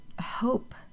hope